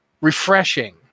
refreshing